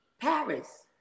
Paris